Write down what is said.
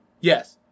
Yes